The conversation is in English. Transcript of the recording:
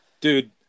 Dude